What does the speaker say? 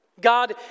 God